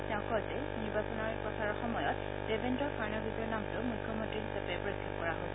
তেওঁ কয় যে নিৰ্বাচনী প্ৰচাৰৰ সময়ত দেবেন্দ্ৰ ফাড়নবিচৰ নামটো মুখ্যমন্ত্ৰী হিচাপে প্ৰক্ষেপ কৰা হৈছিল